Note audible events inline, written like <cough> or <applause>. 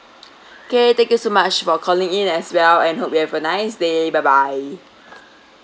<breath> okay thank you so much for calling in as well and hope you have a nice day bye bye <noise>